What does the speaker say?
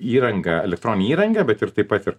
įranga elektroninė įranga bet ir taip pat ir